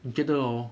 你这都